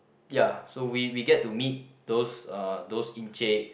ya so we we get to meet those uh those encik